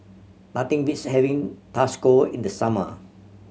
nothing beats having in the summer